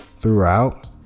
throughout